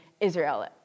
Israel